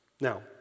Now